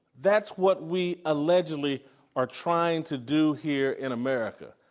that's what we allegedly are trying to do here in america.